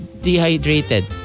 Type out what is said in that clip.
dehydrated